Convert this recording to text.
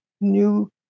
new